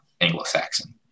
Anglo-Saxon